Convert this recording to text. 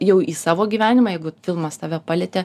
jau į savo gyvenimą jeigu filmas tave palietė